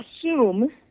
assume